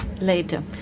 later